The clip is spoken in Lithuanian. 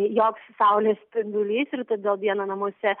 joks saulės spindulys ir tada dieną namuose